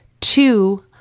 two